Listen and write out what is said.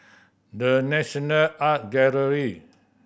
The National Art Gallery